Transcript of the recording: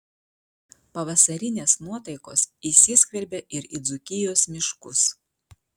pavasarinės nuotaikos įsiskverbė ir į dzūkijos miškus